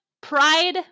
pride